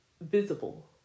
visible